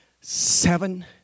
seven